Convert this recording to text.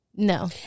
No